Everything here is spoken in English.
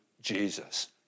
Jesus